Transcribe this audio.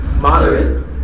moderate